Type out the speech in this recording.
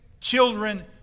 children